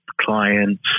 clients